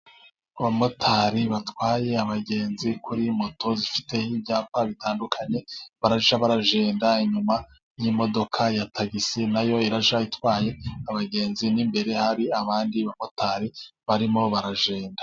Abamotari batwaye abagenzi kuri moto zifite ibyapa bitandukanye, barajya baragenda inyuma y'imodoka ya tagisi, nayo irajya itwaye abagenzi, n'imbere hari abandi bamotari barimo baragenda.